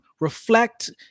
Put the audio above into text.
Reflect